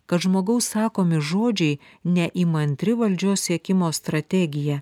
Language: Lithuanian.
kad žmogaus sakomi žodžiai neįmantri valdžios siekimo strategija